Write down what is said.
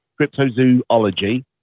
cryptozoology